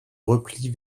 replient